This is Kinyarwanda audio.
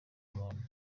muntu